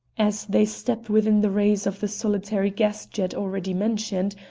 as they stepped within the rays of the solitary gas-jet already mentioned,